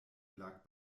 lag